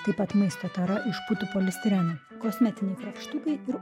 taip pat maisto tara iš putų polistireno kosmetiniai krapštukai ir